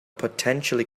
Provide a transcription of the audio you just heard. potentially